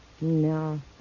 No